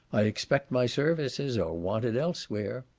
i expect my services are wanted elsewhere.